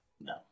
No